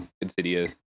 Insidious